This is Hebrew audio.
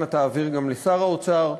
אנא תעביר גם לשר האוצר.